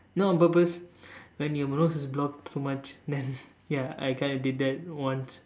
not on purpose when your nose is blocked so much then ya I kind of did that once